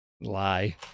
Lie